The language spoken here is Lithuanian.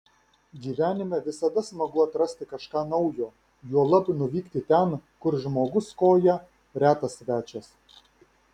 gyvenime visada smagu atrasti kažką naujo juolab nuvykti ten kur žmogus koja retas svečias